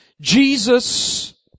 Jesus